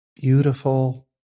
beautiful